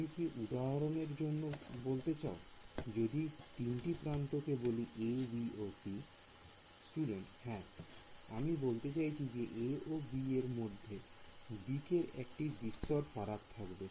তুমি কি উদাহরণ এর জন্য বলতে চাও যদি তিনটি প্রান্ত কে বলি ab ও c Student হ্যাঁ আমি বলতে চাইছি যে a ও b এর মধ্যে দিক এর একটা বিস্তর ফারাক থাকবে